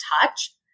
touch